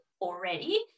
already